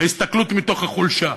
ההסתכלות מתוך החולשה.